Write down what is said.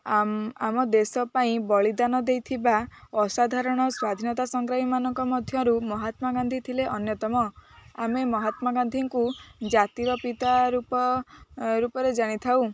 ଆମ ଦେଶ ପାଇଁ ବଳିଦାନ ଦେଇଥିବା ଅସାଧାରଣ ସ୍ଵାଧୀନତା ସଂଗ୍ରାମୀମାନଙ୍କ ମଧ୍ୟରୁ ମହାତ୍ମା ଗାନ୍ଧୀ ଥିଲେ ଅନ୍ୟତମ ଆମେ ମହାତ୍ମା ଗାନ୍ଧୀଙ୍କୁ ଜାତିର ପିତା ରୂପ ରୂପରେ ଜାଣିଥାଉ